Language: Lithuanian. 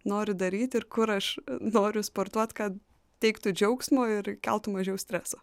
noriu daryti ir kur aš noriu sportuot kad teiktų džiaugsmo ir keltų mažiau streso